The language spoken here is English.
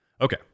Okay